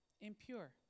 impure